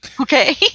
Okay